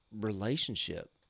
relationship